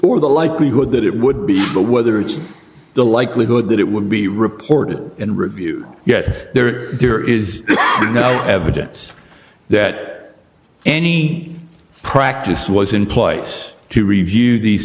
for the likelihood that it would be but whether it's the likelihood that it would be reported in review yes there is there is no evidence that any practice was in place to review these